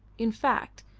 in fact,